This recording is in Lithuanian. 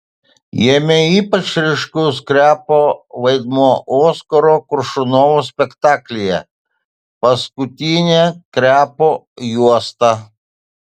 jame ypač ryškus krepo vaidmuo oskaro koršunovo spektaklyje paskutinė krepo juosta